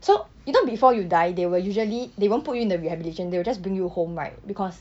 so you know before you die they will usually they won't put in the rehabilitation they will just bring you home right because